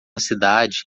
cidade